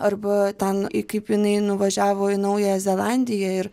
arba ten kaip jinai nuvažiavo į naująją zelandiją ir